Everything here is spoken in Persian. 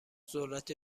ذرت